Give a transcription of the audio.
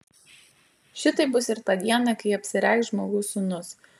šitaip bus ir tą dieną kai apsireikš žmogaus sūnus